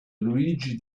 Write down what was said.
luigi